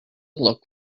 look